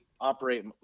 operate